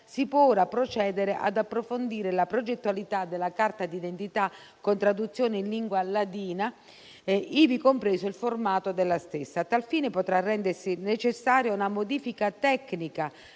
si può ora procedere ad approfondire la progettualità della carta d'identità con traduzione in lingua ladina, ivi compreso il formato della stessa. A tal fine potrà rendersi necessaria una modifica tecnica